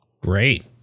great